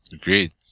Agreed